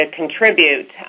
contribute